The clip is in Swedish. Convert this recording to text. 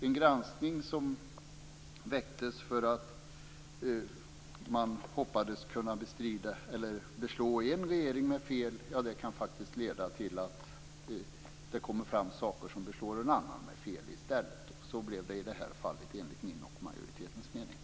En granskning som väckts för att man hoppats kunna beslå en regering med fel kan faktiskt leda till att det i stället kommer fram saker som beslår en annan med fel. Så blev det i det här fallet enligt min och majoritetens mening.